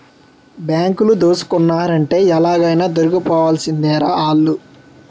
బాంకులు దోసుకున్నారంటే ఎలాగైనా దొరికిపోవాల్సిందేరా ఆల్లు